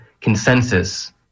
consensus